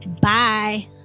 Bye